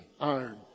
iron